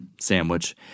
sandwich